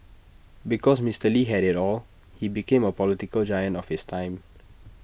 because Mister lee had IT all he became A political giant of his time